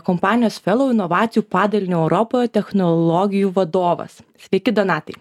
kompanijos fellow inovacijų padalinio europoje technologijų vadovas sveiki donatai